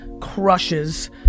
crushes